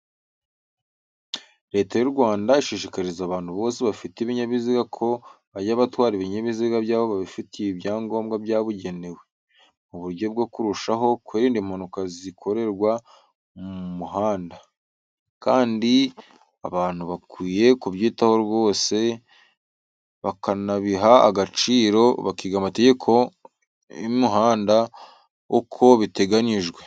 Leta y'u Rwanda ishishikariza abantu bose bafite ibinyabiziga ko bajya batwara ibinyabiziga byabo babifitiye ibyangombwa byabugenewe, mu buryo bwo kurushaho kwirinda impanuka zikorerwa mu muhanda, kandi abantu bakwiye kubyitaho rwose bakanabiha agaciro bakiga amategeko y'umihanda uko biteganijwe.